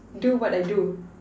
do what I do